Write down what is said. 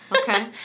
Okay